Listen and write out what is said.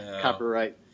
copyright